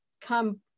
come